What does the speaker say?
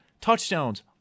touchdowns